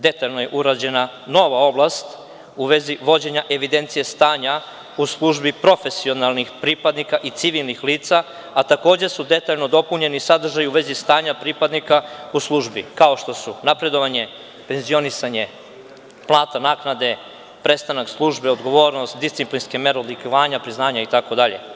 Detaljno je uređena nova oblast u vezi vođenja evidencije stanja u službi profesionalnih pripadnika i civilnih lica, a takođe su detaljno dopunjeni sadržaji u vezi stanja pripadnika u službi, kao što su: napredovanje, penzionisanje, plata, naknade, prestanak službe, odgovornost, disciplinske mere, odlikovanja, priznanja itd.